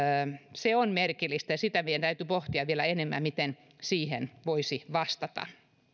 se on merkillistä ja sitä meidän täytyy pohtia vielä enemmän miten siihen voisi vastata